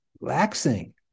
relaxing